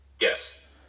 Yes